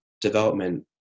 development